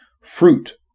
Fruit